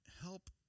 help